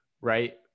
Right